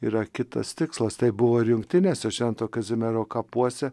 yra kitas tikslas tai buvo ir jungtinėse švento kazimiero kapuose